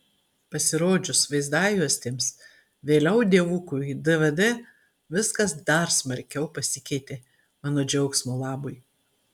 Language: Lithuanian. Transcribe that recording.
pasirodžius vaizdajuostėms vėliau dievukui dvd viskas dar smarkiau pasikeitė mano džiaugsmo labui